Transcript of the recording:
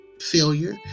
failure